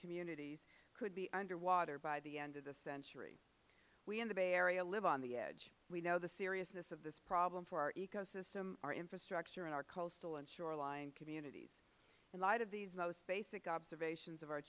communities could be under water by the end of the century we in the bay area live on the edge we know the seriousness of this problem for our ecosystem our infrastructure and our coastal and shoreline communities in light of these most basic observations of